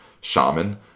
shaman